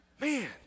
Man